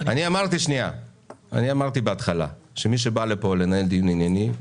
אני אמרתי בהתחלה שמי שבא לכאן לנהל דיון ענייני,